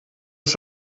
ist